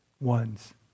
ones